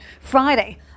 Friday